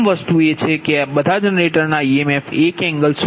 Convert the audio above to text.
પ્રથમ વસ્તુ એ છે કે બધા જનરેટરના ઇએમએફ1∠0p